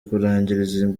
kurangiriza